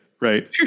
Right